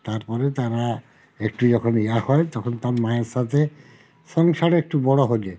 তারপরে তারা একটু যখন ইয়ে হয় তখন তার মায়ের সাথে সংসারে একটু বড়ো হলে